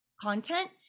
content